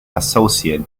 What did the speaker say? associate